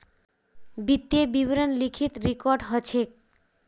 वित्तीय विवरण लिखित रिकॉर्ड ह छेक